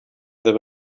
there